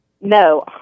No